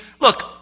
look